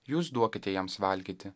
jūs duokite jiems valgyti